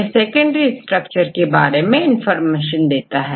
यह secondary structure के बारे में इंफॉर्मेशन देता है